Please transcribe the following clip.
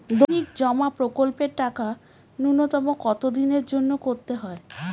দৈনিক জমা প্রকল্পের টাকা নূন্যতম কত দিনের জন্য করতে হয়?